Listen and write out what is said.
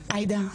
עאידה,